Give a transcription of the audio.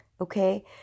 Okay